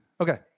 Okay